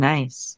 Nice